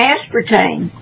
Aspartame